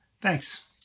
Thanks